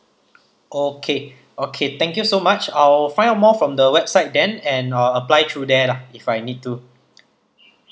okay okay thank you so much I will find out more from the website then and I'll apply through there lah if I need to